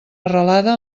arrelada